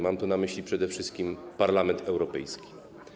Mam tu na myśli przede wszystkim Parlament Europejski.